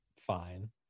fine